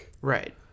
right